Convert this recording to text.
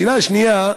השאלה השנייה: